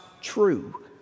true